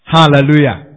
Hallelujah